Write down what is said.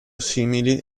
simili